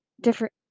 different